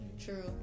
True